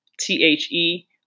T-H-E